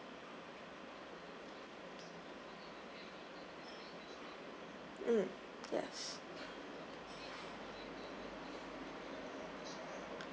mm yes